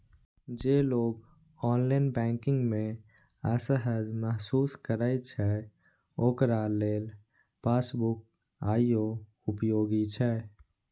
जे लोग online banking मे असहज महसूस करै छै, ओकरा लेल पासबुक आइयो उपयोगी छै